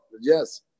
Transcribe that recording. yes